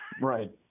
Right